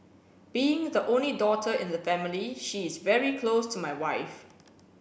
being the only daughter in the family she is very close to my wife